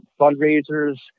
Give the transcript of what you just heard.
fundraisers